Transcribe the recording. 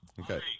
Okay